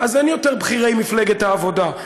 אז אין יותר בכירי מפלגת העבודה.